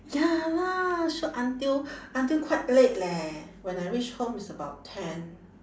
ya lah shot until until quite late leh when I reach home it's about ten